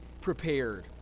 prepared